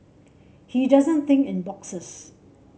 he doesn't think in boxes